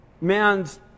man's